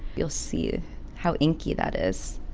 you'll see how inky that is